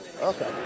Okay